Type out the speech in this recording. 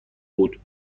بود